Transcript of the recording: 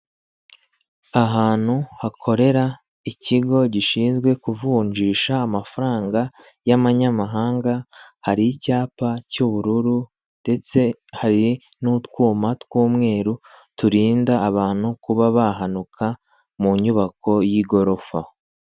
Ahantu hakorera ikigo gishinzwe kuvunjisha amafaranga y'manyamahanga, hari icyapa cy'ubururu ndetse hari n'utwuma tw'umweru turinda abantu kuba bahanuka mu nyubako y'igorofa.